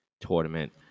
tournament